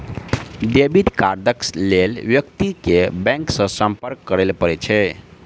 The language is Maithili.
डेबिट कार्डक लेल व्यक्ति के बैंक सॅ संपर्क करय पड़ैत अछि